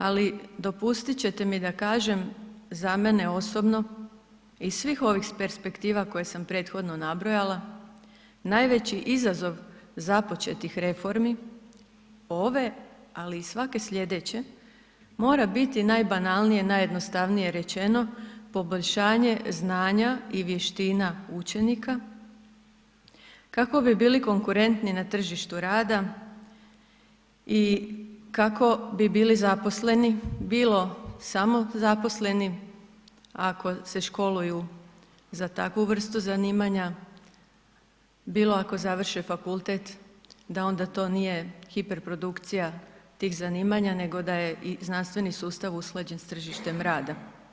Ali, dopustit ćete mi da kažem, za mene osobno iz svih ovih perspektiva koje sam prethodno nabrojala, najveći izazov započetih reformi, ove, ali i svake sljedeće, mora biti najbanalnije i najjednostavnije rečeno, poboljšanje znanja i vještina učenika, kako bi bili konkurentniji na tržištu rada i kako bi bili zaposleni, bilo samozaposleni, ako se školuju za takvu vrstu zanimanja, bilo ako završe fakultet da onda to nije hiperprodukcija tih zanimanja, nego da je i znanstveni sustav usklađen s tržištem rada.